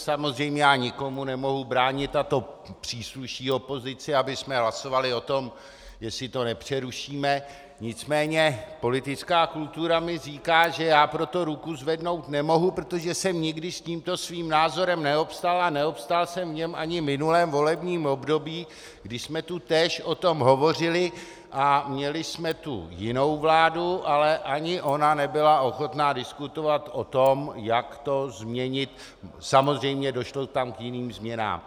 Samozřejmě nikomu nemohu bránit, a to přísluší opozici, abychom hlasovali o tom, jestli to nepřerušíme, nicméně politická kultura mi říká, že já pro to ruku zvednout nemohu, protože jsem nikdy s tímto svým názorem neobstál a neobstál jsem v něm ani v minulém volebním období, kdy jsme tu též o tom hovořili a měli jsme tu jinou vládu, ale ani ona nebyla ochotna diskutovat o tom, jak to změnit, samozřejmě tam došlo k jiným změnám.